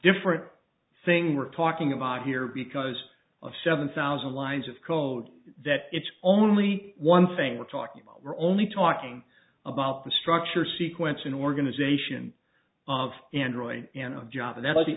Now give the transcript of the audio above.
different thing we're talking about here because of seven thousand lines of code that it's only one thing we're talking about we're only talking about the structure sequence in organization of android you know john that was the